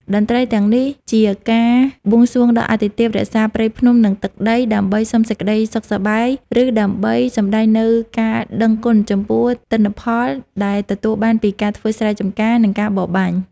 តន្ត្រីទាំងនេះ ជាការបួងសួងដល់អាទិទេពរក្សាព្រៃភ្នំ និងទឹកដី ដើម្បីសុំសេចក្តីសុខសប្បាយ ឬដើម្បីសម្តែងនូវការដឹងគុណចំពោះទិន្នផលដែលទទួលបានពីការធ្វើស្រែចម្ការ និងការបរបាញ់។